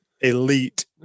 elite